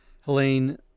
Helene